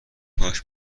کاش